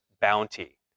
bounty